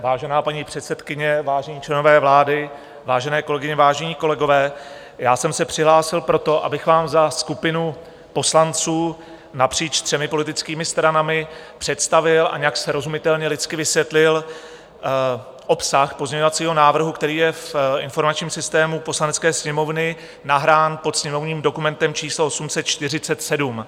Vážená paní předsedkyně, vážení členové vlády, vážené kolegyně, vážení kolegové, já jsem se přihlásil proto, abych vám za skupinu poslanců napříč třemi politickými stranami představil a nějak srozumitelně lidsky vysvětlil obsah pozměňovacího návrhu, který je v informačním systému Poslanecké sněmovny nahrán pod sněmovním dokumentem číslo 847.